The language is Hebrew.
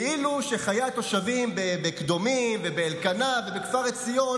כאילו שחיי התושבים בקדומים ובאלקנה ובכפר עציון